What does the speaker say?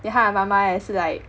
then 她的妈妈也是 like